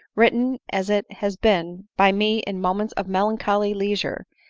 written as it has been by me in moments of melancholy leisure,